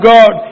God